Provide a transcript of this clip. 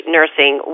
Nursing